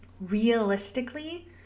Realistically